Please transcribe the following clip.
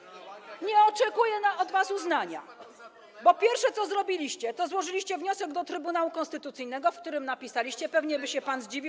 Nie oczekuję od was uznania, bo pierwsze, co zrobiliście, to złożyliście wniosek do Trybunału Konstytucyjnego, w którym napisaliście, pewnie by się pan zdziwił.